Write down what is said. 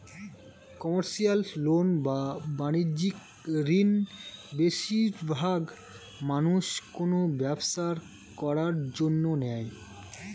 commercial loan বা বাণিজ্যিক ঋণ বেশিরবাগ মানুষ কোনো ব্যবসা করার জন্য নেয়